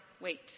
wait